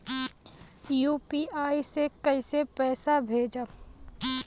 UPI से कईसे पैसा भेजब?